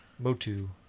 Motu